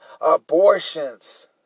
abortions